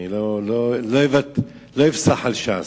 אני לא אפסח על ש"ס.